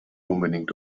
unbedingt